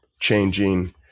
changing